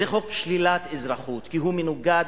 זה חוק שלילת אזרחות, כי הוא מנוגד